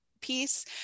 piece